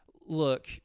look